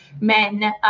men